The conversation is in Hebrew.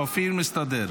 אופיר מסתדר.